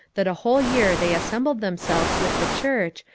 that a whole year they assembled themselves with the church,